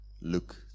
Look